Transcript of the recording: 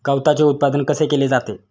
गवताचे उत्पादन कसे केले जाते?